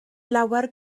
lawer